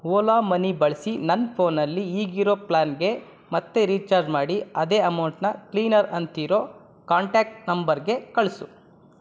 Ola money ಬಳಸಿ ನನ್ನ ಫೋನಲ್ಲಿ ಈಗಿರೋ ಪ್ಲಾನ್ಗೇ ಮತ್ತೆ ರೀಚಾರ್ಜ್ ಮಾಡಿ ಅದೇ ಅಮೌಂಟನ್ನ ಕ್ಲೀನರ್ ಅಂತಿರೋ ಕಾಂಟ್ಯಾಕ್ಟ್ ನಂಬರ್ಗೆ ಕಳಿಸು